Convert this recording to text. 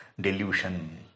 delusion